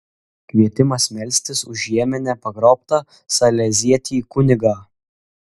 kvietimas melstis už jemene pagrobtą salezietį kunigą